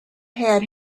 had